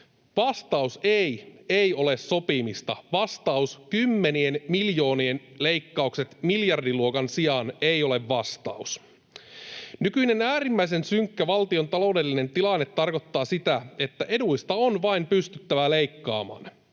Vastaus ”ei” ei ole sopimista. Vastaus ”kymmenien miljoonien leikkaukset miljardiluokan sijaan” ei ole vastaus. Nykyinen äärimmäisen synkkä valtion taloudellinen tilanne tarkoittaa sitä, että eduista on vain pystyttävä leikkaamaan.